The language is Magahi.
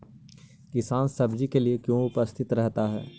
किसान सब्जी के लिए क्यों उपस्थित रहता है?